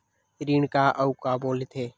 ऋण का अउ का बोल थे?